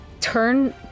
turn